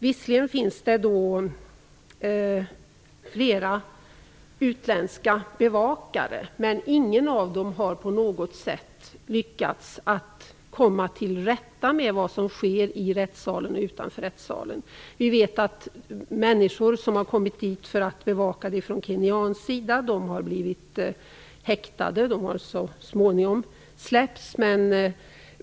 Visserligen finns det flera utländska bevakare, men ingen av dem har på något sätt lyckats att komma till rätta med vad som sker i och utanför rättssalen. Vi vet att kenyaner som har kommit för att bevaka rättegången har blivit häktade. De har så småningom släppts.